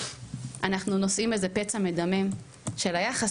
אנחנו נושאים איזה פצע מדמם של היחס